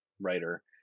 writer